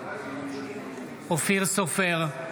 נגד אורית מלכה סטרוק,